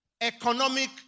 economic